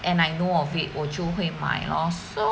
and I know of it 我就会买咯 so